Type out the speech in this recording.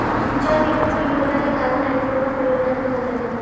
जैव ईंधन परियोजना के कार्बन न्यूट्रल परियोजना भी कहल जाला